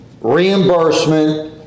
reimbursement